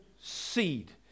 seed